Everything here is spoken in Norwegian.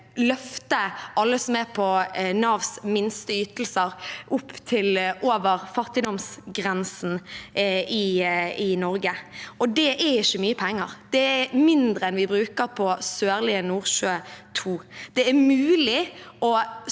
løfte alle som er på Navs minsteytelser, opp til over fattigdomsgrensen i Norge, og det er ikke mye penger. Det er mindre enn vi bruker på Sørlige Nordsjø II. Det er mulig å